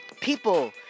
people